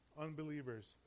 unbelievers